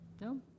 No